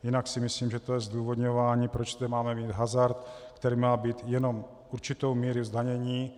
Jinak si myslím, že to je zdůvodňování, proč tu máme mít hazard, který má mít jenom určitou míru zdanění.